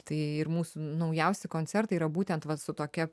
tai ir mūsų naujausi koncertai yra būtent vat su tokia